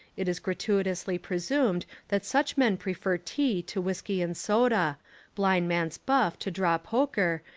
it is gratuitously presumed that such men prefer tea to whiskey-and-soda, blind man's buff to draw poker,